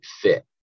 fit